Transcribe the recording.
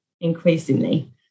increasingly